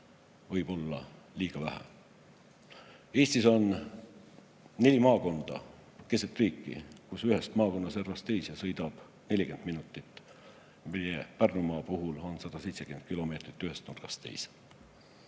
võib olla liiga vähe. Eestis on neli maakonda keset riiki, kus ühest maakonna servast teise sõidab 40 minutit. Meie Pärnumaa puhul on 170 kilomeetrit ühest nurgast teise.